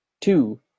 two